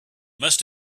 must